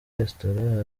restaurant